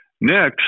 Next